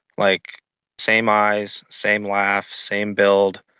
like same eyes, same laugh, same build,